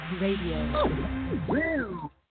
Radio